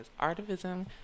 Artivism